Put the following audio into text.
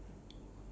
ya